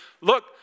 look